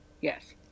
Yes